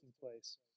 place